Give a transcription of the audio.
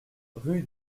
rue